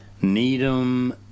Needham